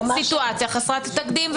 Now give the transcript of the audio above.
סיטואציה חסרת תקדים,